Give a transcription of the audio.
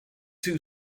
two